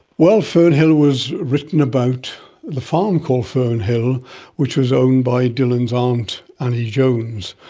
well, fern hill was written about the farm called fern hill which was owned by dylan's aunt, annie jones.